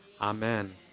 amen